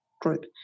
group